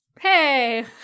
hey